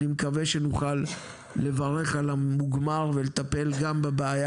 אני מקווה שנוכל לברך על המוגמר ולטפל גם בבעיה